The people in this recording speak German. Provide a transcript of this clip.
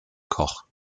koch